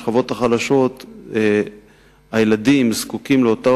שבשכבות החלשות הילדים זקוקים לאותה